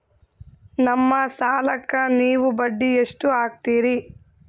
ನಮ್ಮ ಸಾಲಕ್ಕ ನೀವು ಬಡ್ಡಿ ಎಷ್ಟು ಹಾಕ್ತಿರಿ?